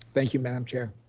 thank you madam chair.